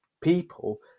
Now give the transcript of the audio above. people